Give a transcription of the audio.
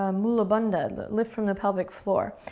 um mula bandha, lift from the pelvic floor.